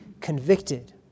convicted